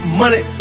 money